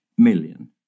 Million